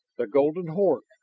the golden horde,